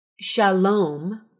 Shalom